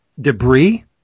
Debris